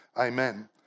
Amen